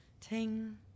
Ting